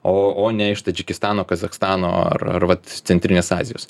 o o ne iš tadžikistano kazachstano ar ar vat centrinės azijos